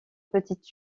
petites